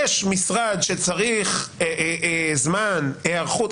יש משרד שצריך זמן היערכות?